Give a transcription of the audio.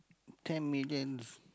ten million